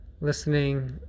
listening